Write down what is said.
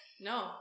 No